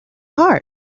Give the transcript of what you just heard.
heart